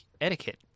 etiquette